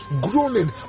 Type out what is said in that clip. groaning